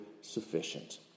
sufficient